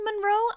Monroe